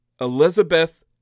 Elizabeth